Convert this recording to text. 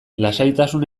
lasaitasun